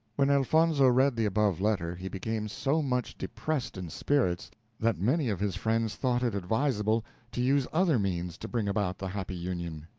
when elfonzo read the above letter, he became so much depressed in spirits that many of his friends thought it advisable to use other means to bring about the happy union.